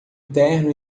terno